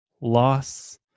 loss